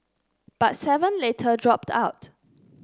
but seven later dropped out